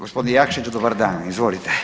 Gospodin Jakšić dobar dan, izvolite.